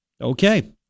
Okay